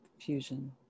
fusion